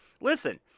listen